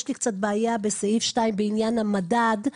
יש לי בעיה בסעיף 2 בעניין המדד.